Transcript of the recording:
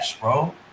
bro